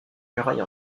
muraille